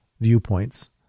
viewpoints